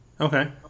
Okay